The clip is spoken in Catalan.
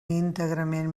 íntegrament